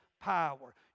power